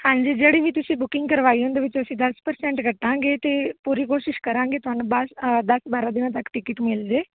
ਹਾਂਜੀ ਜਿਹੜੀ ਵੀ ਤੁਸੀਂ ਬੁਕਿੰਗ ਕਰਵਾਈ ਉਹਦੇ ਵਿੱਚ ਅਸੀਂ ਦਸ ਪਰਸੈਂਟ ਕੱਟਾਂਗੇ ਅਤੇ ਪੂਰੀ ਕੋਸ਼ਿਸ਼ ਕਰਾਂਗੇ ਤੁਹਾਨੂੰ ਬਸ ਆਹ ਦਸ ਬਾਰ੍ਹਾਂ ਦਿਨਾਂ ਤੱਕ ਟਿਕਟ ਮਿਲਜੇ